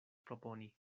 proponi